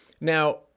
Now